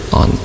on